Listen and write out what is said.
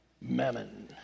Mammon